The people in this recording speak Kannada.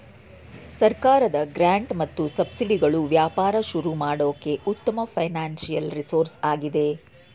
ಸರ್ಕಾರದ ಗ್ರಾಂಟ್ ಮತ್ತು ಸಬ್ಸಿಡಿಗಳು ವ್ಯಾಪಾರ ಶುರು ಮಾಡೋಕೆ ಉತ್ತಮ ಫೈನಾನ್ಸಿಯಲ್ ರಿಸೋರ್ಸ್ ಆಗಿದೆ